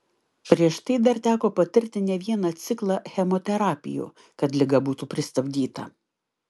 prieš tai dar teko patirti ne vieną ciklą chemoterapijų kad liga būtų pristabdyta